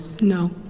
No